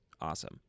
Awesome